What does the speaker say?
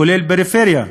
כולל הפריפריה.